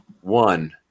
One